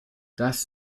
das